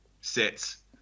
sets